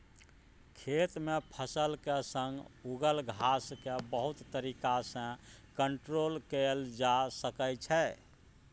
खेत मे फसलक संग उगल घास केँ बहुत तरीका सँ कंट्रोल कएल जा सकै छै